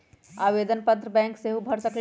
आवेदन पत्र बैंक सेहु भर सकलु ह?